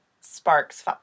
sparks